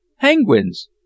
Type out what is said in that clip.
penguins